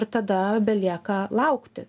ir tada belieka laukti